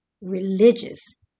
religious